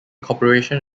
corporation